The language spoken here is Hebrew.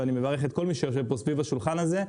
ואני מברך את כל מי שיושב פה סביב השולחן הזה.